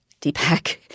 Deepak